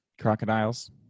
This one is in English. Crocodiles